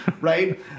right